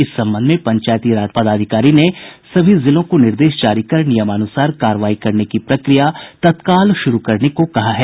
इस संबंध में पंचायती राज पदाधिकारी ने सभी जिलों को निर्देश जारी कर नियमानुसार कार्रवाई करने की प्रक्रिया तत्काल शुरू करने को कहा है